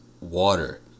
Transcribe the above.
water